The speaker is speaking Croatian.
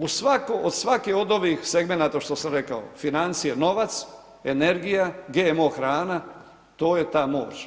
U svake od ovih segmenata što sam rekao financije, novac, energija, GMO hrana to je ta moć